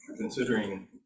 considering